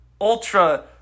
ultra